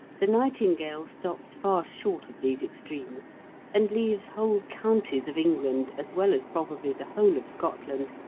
the nightingale stops far short of these extremes and leaves whole counties of england, as well as probably the whole of scotland,